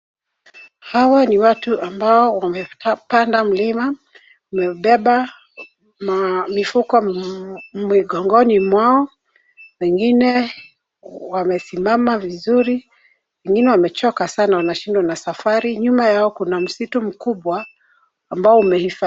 Hawa ni watu ambao wamepanda mlima. Wamebeba mifuko migongoni mwao wengine wamesimama vizuri wengine wamechoka sana wanashindwa na safari. Nyuma yao kuna msitu mkubwa ambao imehifadhiwa.